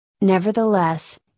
Nevertheless